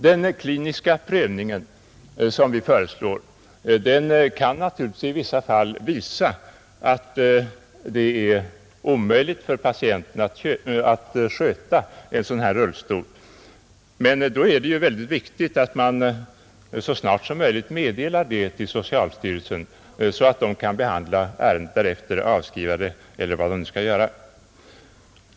Den kliniska prövning som vi föreslår kan naturligtvis i vissa fall visa att det är omöjligt för patienten att sköta en sådan här rullstol, men då är det ju väldigt viktigt att man så snart som möjligt meddelar det till socialstyrelsen, så att socialstyrelsen kan behandla ärendet därefter — avskriva det eller vad man skall göra.